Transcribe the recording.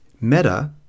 Meta